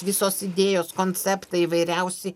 visos idėjos konceptai įvairiausi